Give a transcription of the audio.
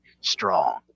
strong